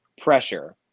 pressure